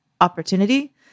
opportunity